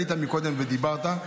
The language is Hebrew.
עלית קודם ודיברת,